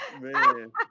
Man